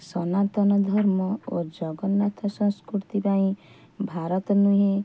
ସନାତନ ଧର୍ମ ଓ ଜଗନ୍ନାଥ ସଂସ୍କୃତି ପାଇଁ ଭାରତ ନୁହେଁ